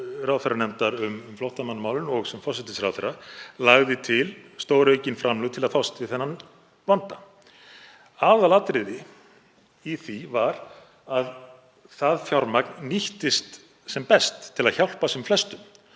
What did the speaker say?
ráðherranefndar um flóttamannamálin og sem forsætisráðherra lagði til stóraukin framlög til að fást við þennan vanda. Aðalatriði í því var að það fjármagn nýttist sem best til að hjálpa sem flestum.